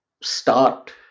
start